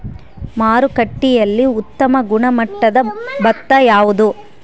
ಮಾರುಕಟ್ಟೆಯಲ್ಲಿ ಉತ್ತಮ ಗುಣಮಟ್ಟದ ಭತ್ತ ಯಾವುದು?